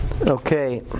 Okay